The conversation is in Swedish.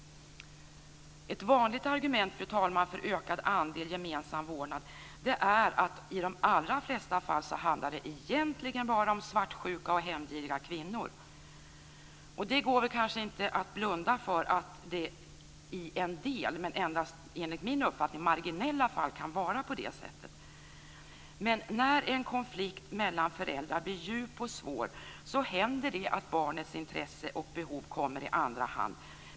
Ett vanligt argument för ökad andel gemensam vårdnad är, fru talman, att det i de allra flesta fall egentligen bara handlar om svartsjuka och hämndgiriga kvinnor. Det går kanske inte att blunda för att det i en del, men enligt min uppfattning endast i marginella fall kan vara på det sättet. Men när en konflikt mellan föräldrar blir djup och svår, händer det att barnets intresse och behov kommer i andra hand.